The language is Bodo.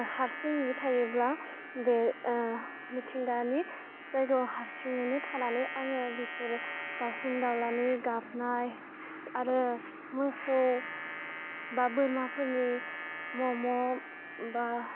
हारसिं थायोब्ला बे मिथिंगानि जायगायाव हारसिङैनो थानानै आङो बिसोरो दावसिन दावलानि गाबनाय आरो मोसौ बा बोरमाफोरनि म' म' बा